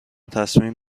تصمیم